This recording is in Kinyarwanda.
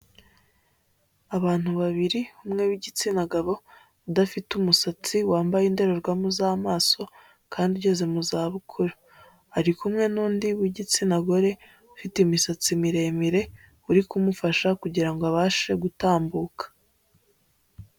Abantu babiri, umwe w'igitsina gabo, udafite umusatsi, wambaye indorerwamo z'amaso, kandi ugeze mu zabukuru, ari kumwe n'undi w'igitsina gore, ufite imisatsi miremire, uri kumufasha kugira ngo abashe gutambuka.